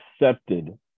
accepted